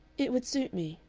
it would suit me.